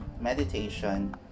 meditation